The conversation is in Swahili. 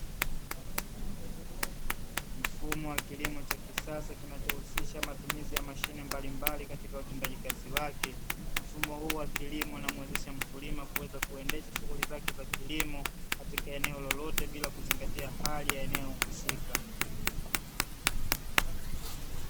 Mfumo wa kilimo cha kisasa kinachohusisha matumizi ya mashine mbalimbali katika utendaji kazi wake ,mfumo huu wa kilimo unamuwezesha mkulima kuendesha shughuli zake za kilimo katika eneo lolote bila kuzingatia hali ya eneo husika.